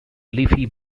leafy